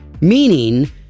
meaning